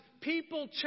people